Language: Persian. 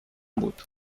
بود